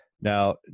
Now